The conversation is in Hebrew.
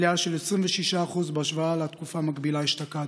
עלייה של 26% בהשוואה לתקופה המקבילה אשתקד.